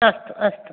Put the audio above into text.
अस्तु अस्तु